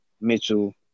Mitchell